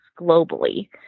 globally